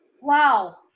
Wow